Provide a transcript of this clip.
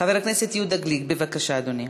חבר הכנסת יהודה גליק, בבקשה, אדוני.